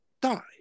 die